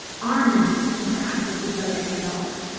are meant to interact with each other in adults.